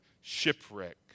shipwreck